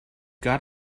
got